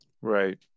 right